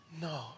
no